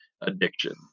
addiction